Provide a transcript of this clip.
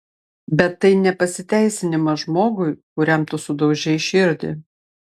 bet tai ne pasiteisinimas žmogui kuriam tu sudaužei širdį